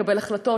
לקבל החלטות,